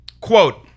Quote